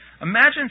Imagine